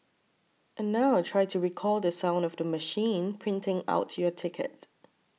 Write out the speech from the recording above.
and now try to recall the sound of the machine printing out your ticket